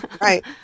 right